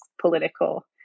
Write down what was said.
political